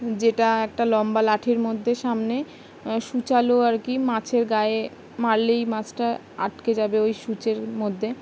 যেটা একটা লম্বা লাঠির মধ্যে সামনে সূচালো আর কি মাছের গায়ে মারলেই মাছটা আটকে যাবে ওই সূচের মধ্যে